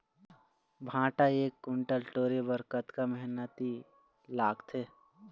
भांटा एक कुन्टल टोरे बर कतका मेहनती लागथे?